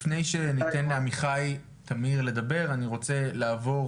לפני שניתן לעמיחי תמיר לדבר, אני רוצה לעבור